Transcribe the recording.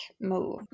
move